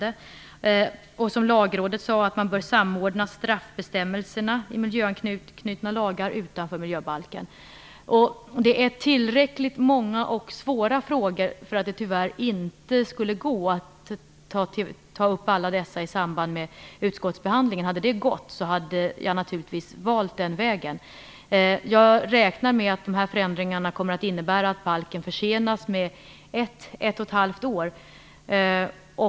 Det handlar också om det som Lagrådet sade, nämligen att man bör samordna straffbestämmelserna i miljöanknutna lagar utanför miljöbalken. Detta är tillräckligt många och svåra frågor. Det går tyvärr inte att ta upp alla dem i samband med utskottsbehandlingen. Om det hade gått hade jag naturligtvis valt den vägen. Jag räknar med att dessa förändringar innebär att balken kommer att försenas ett till ett och ett halvt år.